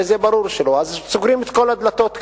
הרי זה ברור שלא, אז סוגרים את כל הדלתות כאן.